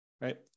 Right